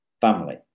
family